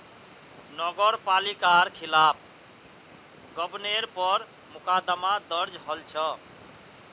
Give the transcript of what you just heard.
नगर पालिकार खिलाफ गबनेर पर मुकदमा दर्ज हल छ